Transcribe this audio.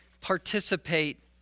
Participate